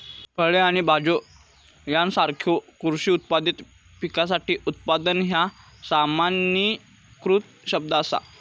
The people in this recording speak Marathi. फळे आणि भाज्यो यासारख्यो कृषी उत्पादित पिकासाठी उत्पादन ह्या सामान्यीकृत शब्द असा